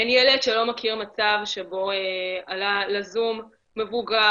אין כמעט ילד שלא מכיר מצב שבו עלה לזום מבוגר,